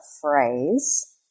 phrase